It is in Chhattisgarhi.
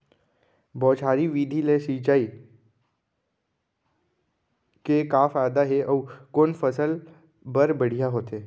बौछारी विधि ले सिंचाई के का फायदा हे अऊ कोन फसल बर बढ़िया होथे?